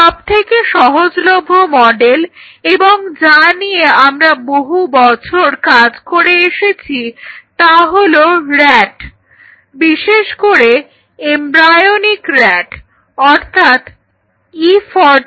সবথেকে সহজলভ্য মডেল এবং যা নিয়ে আমরা বহু বছর কাজ করে এসেছি তা হলো rat বিশেষ করে এমব্রায়োনিক rat অর্থাৎ E14